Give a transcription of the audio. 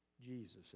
Jesus